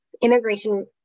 immigration